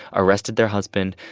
arrested their husband,